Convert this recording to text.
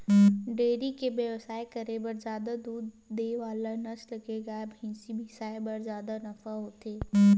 dairy के बेवसाय करे बर जादा दूद दे वाला नसल के गाय, भइसी बिसाए म जादा नफा होथे